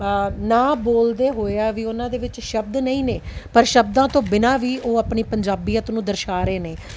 ਨਾ ਬੋਲਦੇ ਹੋਇਆ ਵੀ ਉਹਨਾਂ ਦੇ ਵਿੱਚ ਸ਼ਬਦ ਨਹੀਂ ਨੇ ਪਰ ਸ਼ਬਦਾਂ ਤੋਂ ਬਿਨਾਂ ਵੀ ਉਹ ਆਪਣੀ ਪੰਜਾਬੀਅਤ ਨੂੰ ਦਰਸਾ ਰਹੇ ਨੇ